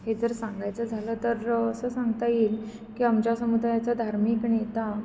हे जर सांगायचं झालं तर असं सांगता येईल की आमच्या समुदायाचा धार्मिक नेता